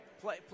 play